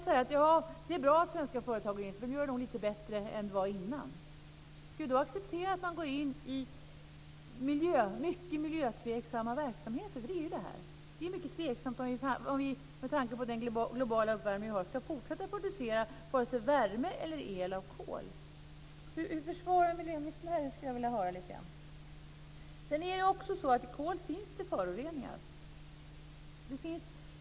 Ska vi säga: Det är bra att svenska företag går in, eftersom de nog gör det lite bättre än det var innan? Ska vi acceptera att man går in i mycket miljötveksamma verksamheter? Det är ju detta. Det är mycket tveksamt om vi med tanke på den globala uppvärmningen ska fortsätta att producera vare sig värme eller el av kol. Hur försvarar miljöministern det? Det skulle jag vilja höra lite grann om. I kol finns det föroreningar.